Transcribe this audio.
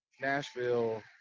nashville